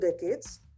decades